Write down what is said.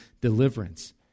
deliverance